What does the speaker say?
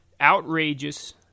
outrageous